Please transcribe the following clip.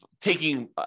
taking